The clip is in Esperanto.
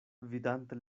vidante